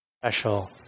Special